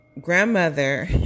grandmother